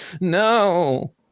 no